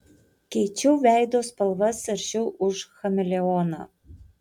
keičiau veido spalvas aršiau už chameleoną